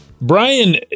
Brian